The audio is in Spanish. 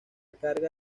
carga